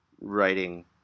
writing